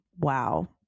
Wow